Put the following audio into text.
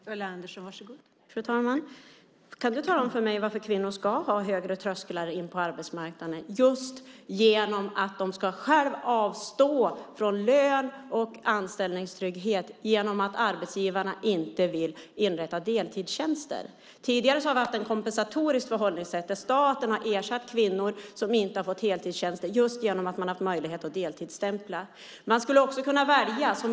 Fru talman! Kan du, Roger Tiefensee, tala om för mig varför kvinnor ska ha högre trösklar in på arbetsmarknaden? Varför ska de avstå från lön och anställningstrygghet för att arbetsgivaren inte vill inrätta heltidstjänster? Tidigare har vi haft ett kompensatoriskt förhållningssätt, där staten har ersatt kvinnor som inte har fått heltidstjänster genom möjligheten att deltidsstämpla.